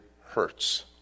hurts